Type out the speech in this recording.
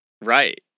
Right